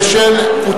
נא לעלות לדוכן ולהציג.